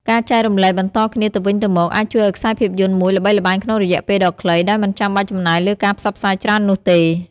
ការចែករំលែកបន្តគ្នាទៅវិញទៅមក អាចជួយឱ្យខ្សែភាពយន្តមួយល្បីល្បាញក្នុងរយៈពេលដ៏ខ្លីដោយមិនចាំបាច់ចំណាយលើការផ្សព្វផ្សាយច្រើននោះទេ។